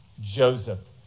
Joseph